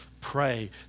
pray